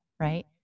right